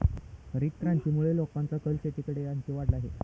हरितक्रांतीमुळे लोकांचा कल शेतीकडे आणखी वाढला आहे